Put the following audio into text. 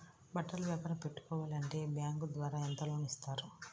బట్టలు వ్యాపారం పెట్టుకోవాలి అంటే బ్యాంకు ద్వారా ఎంత లోన్ ఇస్తారు?